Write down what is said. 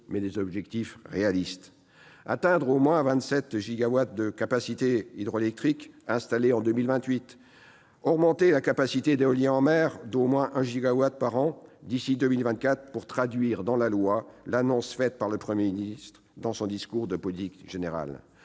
ambitieux, mais réalistes : atteindre au moins 27 gigawatts de capacités hydroélectriques installées en 2028 ; augmenter les capacités d'éolien en mer d'au moins un gigawatt par an d'ici à 2024, pour traduire dans la loi l'annonce faite par le Premier ministre dans son discours de politique générale